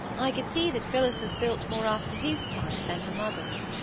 i could see that phillis was built more after his type than her mother's.